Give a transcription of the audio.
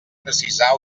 precisar